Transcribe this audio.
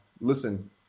Listen